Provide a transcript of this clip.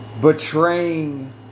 Betraying